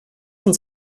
uns